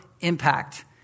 impact